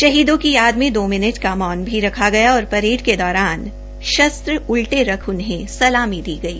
शहीदों की याद दो मिनट का मौन भी रखा गया और परेड के दौरान शस्त्र उल्टे रख उन्हें सलामी दी गई